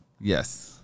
Yes